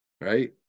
right